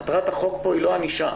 מטרת החוק פה היא לא ענישה.